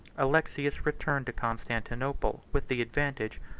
alexius returned to constantinople with the advantage,